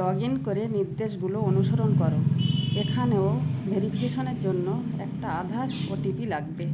login করে নির্দেশগুলো অনুসরণ করো এখানেও ভেরিফিকেশনের জন্য একটা আধার ওটিপি লাগবে